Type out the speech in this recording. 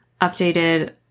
updated